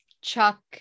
Chuck